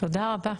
תודה רבה.